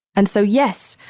and so yes,